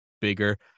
bigger